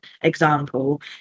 example